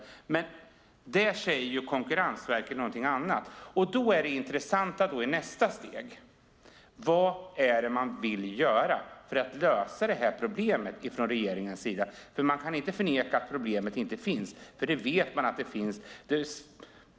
Men där säger Konkurrensverket något annat. Den intressanta frågan i nästa steg är vad som ska göras för att lösa problemet från regeringens sida. Man kan inte förneka att problemet finns. Man vet att det finns.